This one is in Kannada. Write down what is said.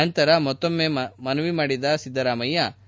ನಂತರ ಮತ್ತೊಮ್ಮೆ ಮಾತನಾಡಿದ ಸಿದ್ದರಾಮಯ್ಲ